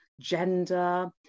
gender